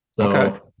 Okay